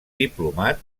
diplomat